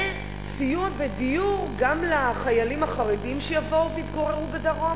וסיוע בדיור גם לחיילים החרדים שיבואו ויתגוררו בדרום